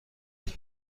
این